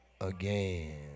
again